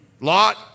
Lot